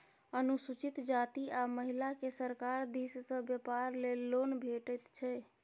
अनुसूचित जाती आ महिलाकेँ सरकार दिस सँ बेपार लेल लोन भेटैत छै